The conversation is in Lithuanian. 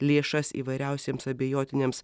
lėšas įvairiausiems abejotiniems